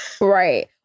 Right